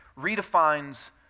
redefines